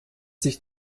sich